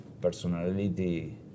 personality